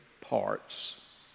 parts